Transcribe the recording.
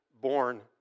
born